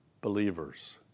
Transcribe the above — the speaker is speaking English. believers